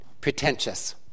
pretentious